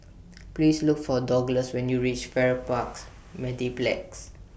Please Look For Douglas when YOU REACH Farrer Parks Mediplex